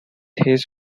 his